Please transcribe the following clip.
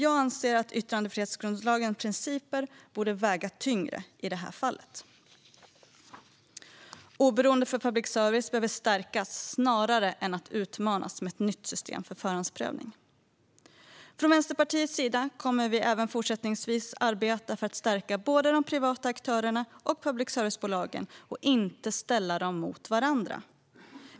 Jag anser att yttrandefrihetsgrundlagens principer borde väga tyngre i detta fall. Oberoendet för public service behöver stärkas snarare än utmanas med ett nytt system för förhandsprövning. Vänsterpartiet kommer även fortsättningsvis att arbeta för att stärka såväl de privata aktörerna som public service-bolagen och inte ställa dem mot varandra.